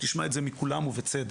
תשמע את זה מכולם ובצדק.